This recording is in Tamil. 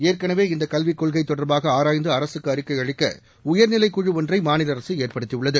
ஏற்கனவே இந்த கல்விக் கொள்கை தொடர்பாக ஆராய்ந்து அரசுக்கு அறிக்கை அளிக்க உயர்நிலைக் குழு ஒன்றை மாநில அரசு ஏற்படுத்தியுள்ளது